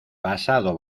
pasado